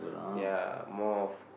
ya more of